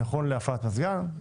זה נכון להפעלת מזגן,